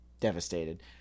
Devastated